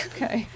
Okay